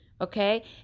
okay